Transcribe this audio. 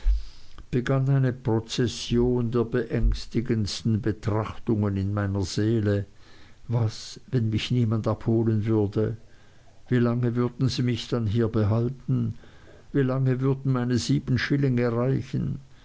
begann eine prozession der beängstigendsten betrachtungen in meiner seele was wenn mich niemand abholen würde wie lange würden sie mich dann hier behalten wie lange würden meine sieben schillinge reichen